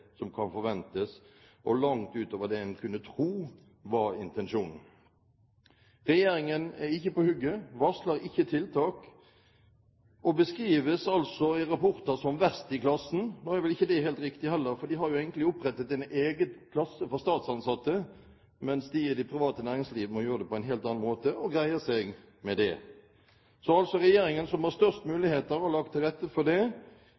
som kan forventes, og langt utover det en kunne tro var intensjonen. Regjeringen er ikke på hugget, varsler ikke tiltak og beskrives altså i rapporter som verst i klassen. Nå er vel ikke det helt riktig, heller, fordi de har opprettet en egen klasse for statsansatte, mens de i det private næringsliv må gjøre det på en helt annen måte, og greier seg med det. Så Regjeringen, som har størst mulighet for å legge til rette for det,